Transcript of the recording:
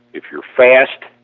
if you are fast,